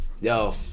Yo